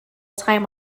time